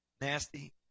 Nasty